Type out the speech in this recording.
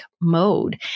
mode